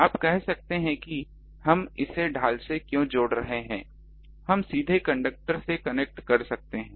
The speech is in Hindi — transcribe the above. आप कह सकते हैं कि हम इसे ढाल से क्यों जोड़ रहे हैं हम सीधे कंडक्टर से कनेक्ट कर सकते हैं